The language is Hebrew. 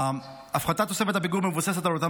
הפחתת תוספת הפיגורים מבוססת על אותם